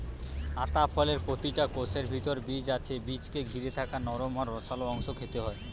আতা ফলের প্রতিটা কোষের ভিতরে বীজ আছে বীজকে ঘিরে থাকা নরম আর রসালো অংশ খেতে হয়